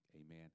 Amen